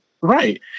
right